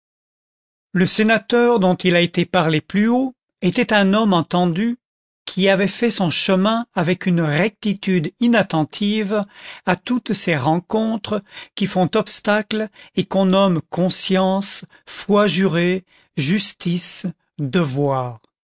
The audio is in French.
le sénateur dont il a été parlé plus haut était un homme entendu qui avait fait son chemin avec une rectitude inattentive à toutes ces rencontres qui font obstacle et qu'on nomme conscience foi jurée justice devoir